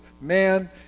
man